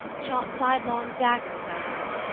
shot sidelong daggers at us,